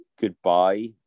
goodbye